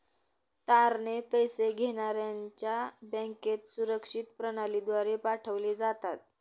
तारणे पैसे घेण्याऱ्याच्या बँकेत सुरक्षित प्रणालीद्वारे पाठवले जातात